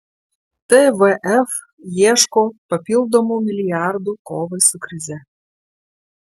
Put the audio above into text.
tvf ieško papildomų milijardų kovai su krize